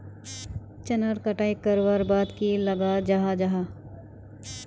चनार कटाई करवार बाद की लगा जाहा जाहा?